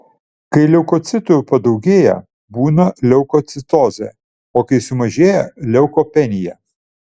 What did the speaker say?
kai leukocitų padaugėja būna leukocitozė o kai sumažėja leukopenija